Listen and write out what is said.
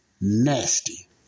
nasty